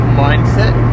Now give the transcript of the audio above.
mindset